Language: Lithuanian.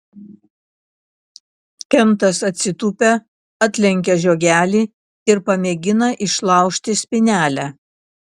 kentas atsitūpia atlenkia žiogelį ir pamėgina išlaužti spynelę